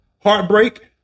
heartbreak